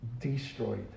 destroyed